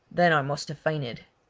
then i must have fainted.